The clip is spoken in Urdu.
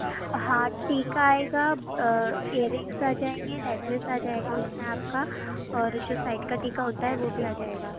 ہاں ٹیکا آئے گا ایئر رنگس آ جائیں گے نیکلیس آ جائے گا اُس میں آپ کا اور جو سائد کا ٹیکا ہوتا ہے وہ بھی آ جائے گا